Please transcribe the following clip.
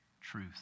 truth